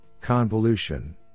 convolution